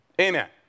Amen